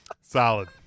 solid